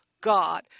God